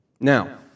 Now